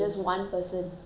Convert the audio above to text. I really can